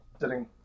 sitting